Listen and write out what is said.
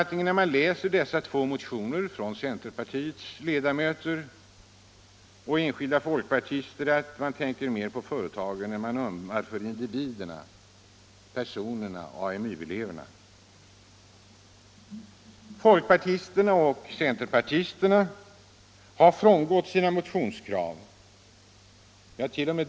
När man läser de två motionerna från centerpartiets ledamöter och enskilda folkpartister får man den uppfattningen att det mera är företagen motionärerna ömmar för än individerna — AMU-eleverna. Folkpartisterna såväl som centerpartisterna har emellertid sedan i utskottet frångått dessa motionskrav —t.o.m.